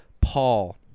Paul